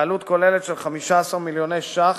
בעלות כוללת של 15 מיליוני שקלים,